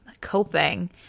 coping